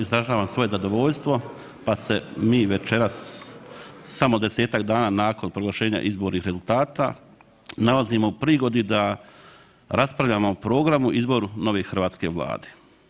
Izražavam svoje zadovoljstvo pa se mi večeras samo 10-tak dana nakon proglašenja izbornih rezultata nalazimo u prigodi da raspravljamo o programu izboru nove hrvatske Vlade.